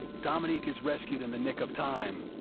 dominique is rescued in the nick of time,